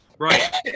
Right